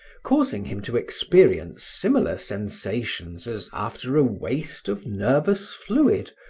causing him to experience similar sensations as after a waste of nervous fluid,